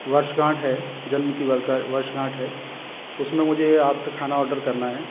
वर्षगांठ है जन्म की वर्षगांठ है उस में मुझे आप से खाना ऑडर करना है